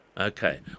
Okay